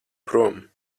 prom